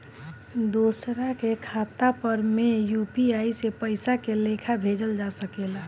दोसरा के खाता पर में यू.पी.आई से पइसा के लेखाँ भेजल जा सके ला?